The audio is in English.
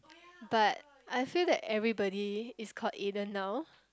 but I feel that everybody is called Aiden now